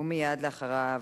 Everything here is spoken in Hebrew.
ומייד לאחריו,